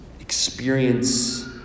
experience